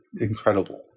incredible